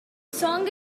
song